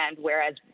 whereas